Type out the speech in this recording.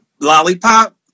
lollipop